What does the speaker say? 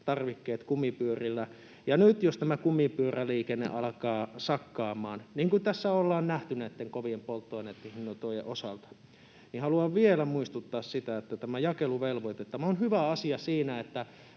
tarvikkeet kumipyörillä. Ja nyt jos tämä kumipyöräliikenne alkaa sakkaamaan — niin kuin tässä ollaan nähty näitten kovien polttoainehintojen osalta — niin haluan vielä muistuttaa siitä, että tämä jakeluvelvoite on hyvä asia siinä, että